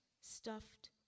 stuffed